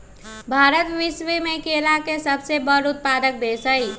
भारत विश्व में केला के सबसे बड़ उत्पादक देश हई